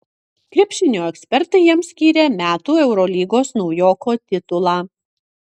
krepšinio ekspertai jam skyrė metų eurolygos naujoko titulą